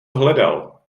hledal